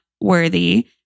worthy